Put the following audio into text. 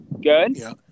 Good